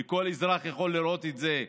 וכל אזרח יכול לראות את זה,